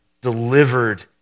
delivered